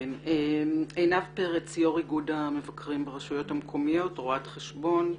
עינב פרץ, רואת חשבון,